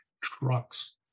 trucks